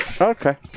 Okay